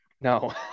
No